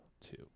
Two